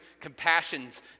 compassion's